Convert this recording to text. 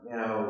Now